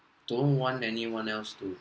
don't want anyone else to